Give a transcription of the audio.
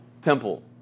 temple